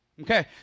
okay